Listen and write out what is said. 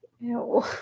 Ew